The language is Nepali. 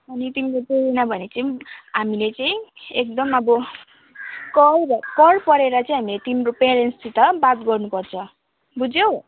अनि तिमीले टेरेनौ भने चाहिँ हामीले चाहिँ एकदम अब कर कर परेर चाहिँ हामी तिम्रो पेरेन्ट्ससित बात गर्नुपर्छ बुझ्यौ